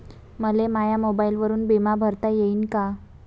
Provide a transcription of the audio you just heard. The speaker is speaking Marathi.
मले माया मोबाईलवरून बिमा भरता येईन का?